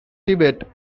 tibet